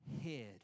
hid